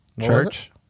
Church